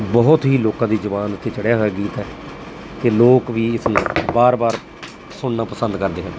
ਬਹੁਤ ਹੀ ਲੋਕਾਂ ਦੀ ਜ਼ੁਬਾਨ ਉੱਤੇ ਚੜ੍ਹਿਆ ਹੋਇਆ ਗੀਤ ਹੈ ਕਿ ਲੋਕ ਵੀ ਇਸਨੂੰ ਵਾਰ ਵਾਰ ਸੁਣਨਾ ਪਸੰਦ ਕਰਦੇ ਹਨ